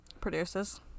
Produces